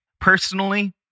Personally